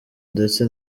ndetse